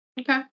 okay